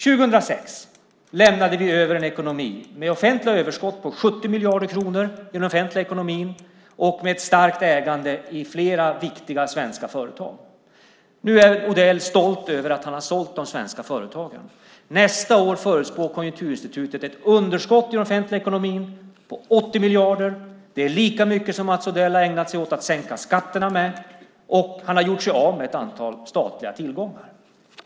År 2006 lämnade vi över en ekonomi med offentliga överskott på 70 miljarder kronor och ett starkt ägande i flera viktiga svenska företag. Nu är Odell stolt över att han har sålt de svenska företagen. Nästa år förutspår Konjunkturinstitutet ett underskott i den offentliga ekonomin på 80 miljarder. Det är lika mycket som Mats Odell har ägnat sig åt att sänka skatterna med, och han har gjort sig av med ett antal statliga tillgångar.